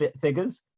figures